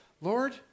Lord